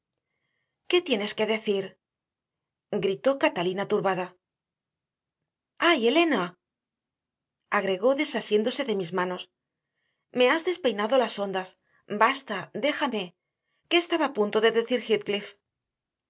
qué tienes que decir gritó catalina turbada ay elena agregó desasiéndose de mis manos me has despeinado las ondas basta déjame qué estaba a punto de decir